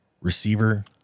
Receiver